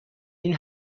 این